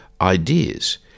ideas